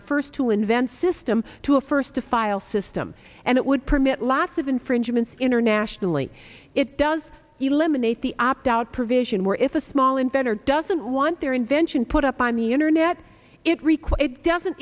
the first to invent system to a first to file system and it would permit lots of infringements internationally it does eliminate the opt out provision where if a small inventor doesn't want their invention put up on the internet it required doesn't